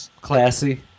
classy